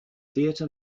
theater